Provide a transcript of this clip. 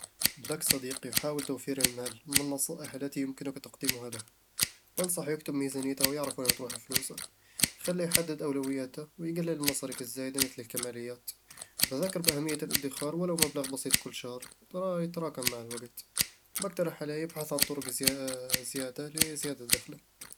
لك صديق يحاول توفير المال. ما النصائح التي يمكنك تقديمها له؟ بنصحه يكتب ميزانيته ويعرف وين تروح فلوسه خلّه يحدد أولوياته ويقلل المصاريف الزايدة مثل الكماليات بذكره بأهمية الادخار ولو مبلغ بسيط كل شهر، تراه يتراكم مع الوقت بقترح عليه يبحث عن طرق زيا- زيادة لزيادة دخله